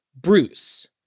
Bruce